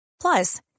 Plus